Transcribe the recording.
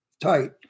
tight